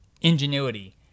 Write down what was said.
ingenuity